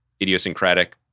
idiosyncratic